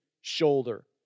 shoulder